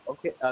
Okay